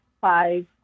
five